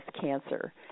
cancer